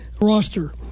roster